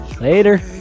Later